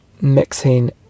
mixing